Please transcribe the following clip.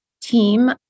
team